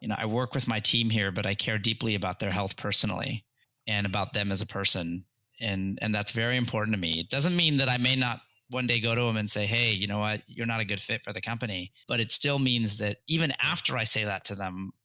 and i work with my team here, but i care deeply about their health personally and about them as a person and and that's very important to me. it doesn't mean that i may not one day go to them and say, hey, you know you're not a good fit for the company but it still means that even after i say that to them,